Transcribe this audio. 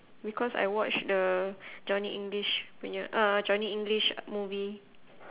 because I watch the johnny english punya uh johnny english movie